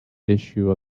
issue